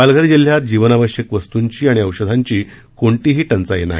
पालघर जिल्ह्यात जीवनावश्यक वस्तंची आणि औषधांची कोणतीही टंचाई नाही